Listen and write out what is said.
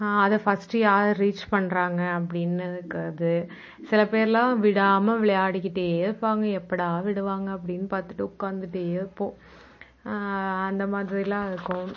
அதை ஃபர்ஸ்ட்டு யாரு ரீச் பண்ணுறாங்க அப்படின்னு இருக்கிறது சில பேரெலாம் விடாமல் விளையாடிக்கிட்டே இருப்பாங்க எப்படா விடுவாங்க அப்படின்னு பார்த்துட்டு உக்கார்ந்துட்டே இருப்போம் அந்த மாதிரிலாம் இருக்கும்